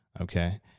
okay